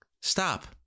Stop